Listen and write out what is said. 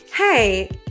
Hey